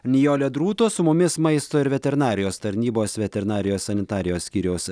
nijolė drūto su mumis maisto ir veterinarijos tarnybos veterinarijos sanitarijos skyriaus